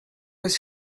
was